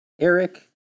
Eric